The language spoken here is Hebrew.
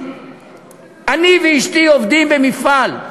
אני ואשתי עובדים במפעל,